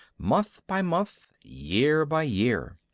month by month, year by year.